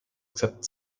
accept